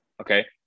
okay